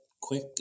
quick